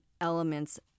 elements